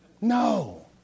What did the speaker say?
No